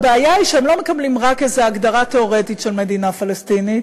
הבעיה היא שהם לא מקבלים רק איזו הגדרה תיאורטית של מדינה פלסטינית,